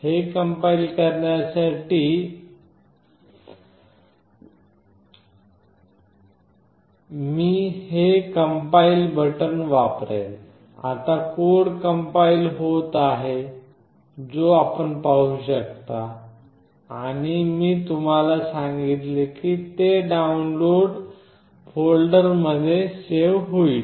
हे कंपाईल करण्यासाठी मी हे कंपाईल बटण वापरेन आता कोड कंपाईल होत आहे जो आपण पाहू शकता आणि मी तुम्हाला सांगितले की ते डाउनलोड फोल्डर मध्ये सेव्ह होईल